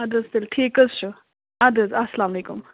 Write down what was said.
اَدٕ حظ تیٚلہِ ٹھیٖک حظ چھُ اَدٕ حظ اسلامُ علیکُم